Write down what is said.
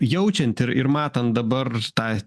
jaučiant ir ir matant dabar tą